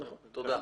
תודה.